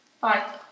Bye